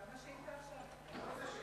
אני ביקשתי.